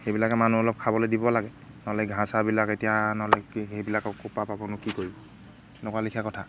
সেইবিলাকে মানুহে অলপ খাবলৈ দিব লাগে নহ'লে ঘাঁহ চাঁহবিলাক এতিয়া নহ'লে সেইবিলাকক ক'ৰপা পাবনো কি কৰিব এনেকুৱা লিখীয়া কথা